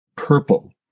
purple